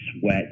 sweat